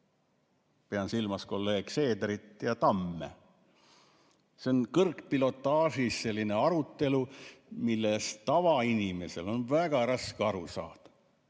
pean silmas kolleege Seederit ja Tamme, see on kõrgpilotaažis arutelu, millest tavainimesel on väga raske aru saada.